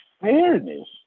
fairness